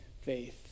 faith